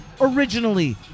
originally